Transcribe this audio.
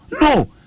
No